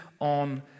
on